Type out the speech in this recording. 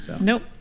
Nope